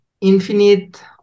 infinite